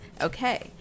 Okay